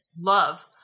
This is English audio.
love